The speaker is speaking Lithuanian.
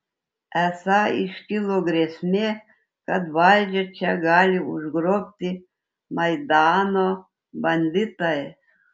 esą iškilo grėsmė kad valdžią čia gali užgrobti maidano banditai